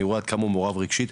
אני רואה כמה הוא מעורב רגשית,